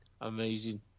amazing